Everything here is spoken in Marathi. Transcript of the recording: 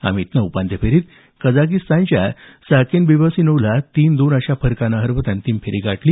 अमितने उपांत्य फेरीत कझागिस्तानच्या साकेन बिबॉसिनोव्हला तीन दोन अशा फरकानं हरवत अंतिम फेरी गाठली